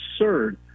absurd